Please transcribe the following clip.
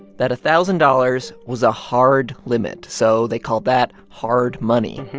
that a thousand dollars was a hard limit, so they called that hard money.